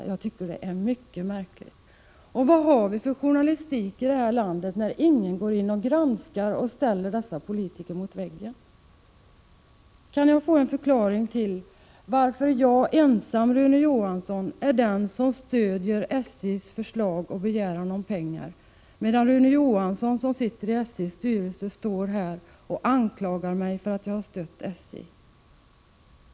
Jag tycker att det är mycket märkligt. Och vad har vi för journalistik i det här landet när ingen går in och granskar och ställer dessa politiker mot väggen? Kan jag få en förklaring till varför jag ensam, Rune Johansson, är den som stöder SJ:s förslag och begäran om pengar, medan Rune Johansson, som sitter i SJ:s styrelse, står här och anklagar mig för att jag har stött SJ?